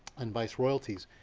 and vice royalties.